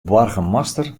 boargemaster